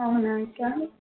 అవునా అక్క